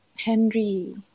Henry